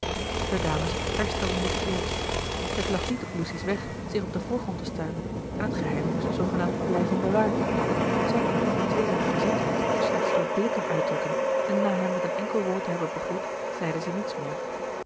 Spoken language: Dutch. de dames herstelden zich het eerst het lag niet op lucy's weg zich op den voorgrond te stellen en het geheim moest zoogenaamd blijven bewaard zij kon haar teedere gezindheid dus slechts door blikken uitdrukken en na hem met een enkel woord te hebben begroet zeide zij niets meer